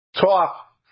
talk